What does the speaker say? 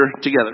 together